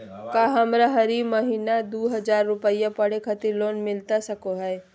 का हमरा हरी महीना दू हज़ार रुपया पढ़े खातिर लोन मिलता सको है?